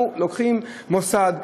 אנחנו לוקחים מוסד,